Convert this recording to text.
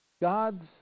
God's